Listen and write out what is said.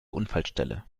unfallstelle